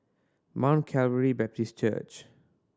Mount Calvary Baptist Church